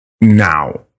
now